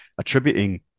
attributing